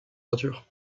peinture